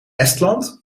estland